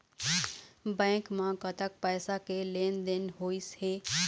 Bank म कतक पैसा के लेन देन होइस हे?